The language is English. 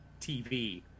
tv